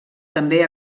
també